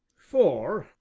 for,